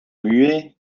mühe